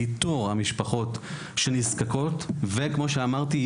לאיתור המשפחות שנזקקות וכמו שאמרתי,